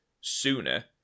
sooner